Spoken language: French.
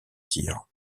tir